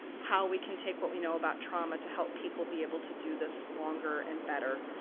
how we can take what we know about trauma to help people be able to do this longer and better,